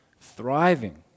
thriving